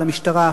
למשטרה.